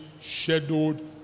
scheduled